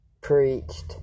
preached